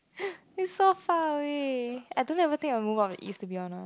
it's so far away I don't ever think I would move out of East to be honest